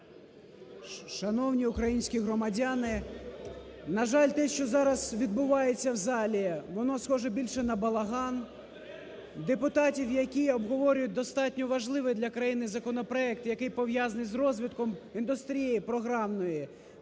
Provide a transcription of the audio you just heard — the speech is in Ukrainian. Шановні українські громадяни, на жаль, те, що зараз відбувається в залі, воно схоже більше на балаган, депутатів, які обговорюють достатньо важливий для країни законопроект, який пов'язаний з розвитком індустрії програмної,